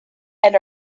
and